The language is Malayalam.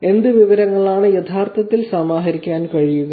ഏത് വിവരങ്ങളാണ് യഥാർത്ഥത്തിൽ സമാഹരിക്കാൻ കഴിയുക